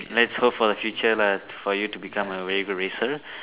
let's hope for the future lah for you to become a very good racer